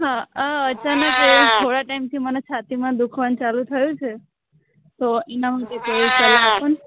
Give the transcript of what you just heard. હા અચાનક એ થોડા ટાઇમથી મને છાતીમાં દુખવાનું ચાલું થયું છે તો એના માટે કોઈ સલાહ આપો ને